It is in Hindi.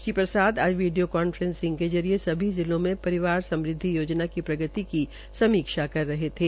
श्री प्रसाद आज वीडियो कांफ्रेसिंग के जरिये सभी जिलों में परिवार समृद्वि योजना की प्रगति की समीक्षा की रहे थे